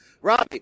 Robbie